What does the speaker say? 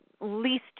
least